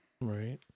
Right